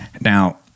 now